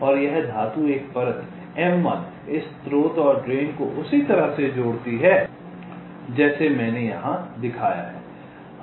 और यह धातु एक परत m1 इस स्रोत और ड्रेन को उसी तरह से जोड़ती है जैसे मैंने यहां दिखाया है